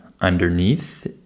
underneath